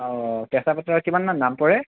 অ কেঁচা পাটৰ কিমান মান দাম পৰে